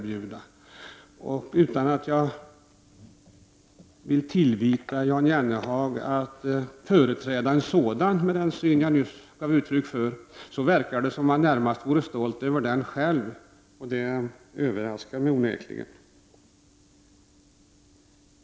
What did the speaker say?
Jag vill inte tillvita Jan Jennehag att företräda en sådan inställning, men det verkar närmast som om han vore stolt över den själv. Det överraskar mig onekligen.